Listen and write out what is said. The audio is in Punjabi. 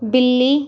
ਬਿੱਲੀ